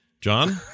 John